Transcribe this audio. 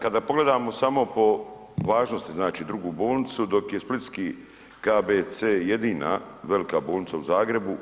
Kada pogledamo samo po važnosti znači drugu bolnicu dok je splitski KBC jedina velika bolnica u Zagrebu.